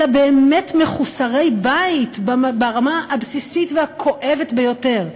אלא באמת מחוסרי בית ברמה הבסיסית והכואבת ביותר,